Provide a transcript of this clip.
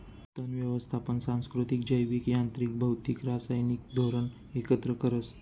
तण यवस्थापन सांस्कृतिक, जैविक, यांत्रिक, भौतिक, रासायनिक धोरण एकत्र करस